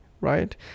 right